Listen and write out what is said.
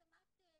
גם את,